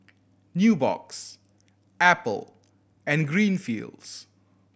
Nubox Apple and Greenfields